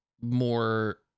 more